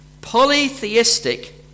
polytheistic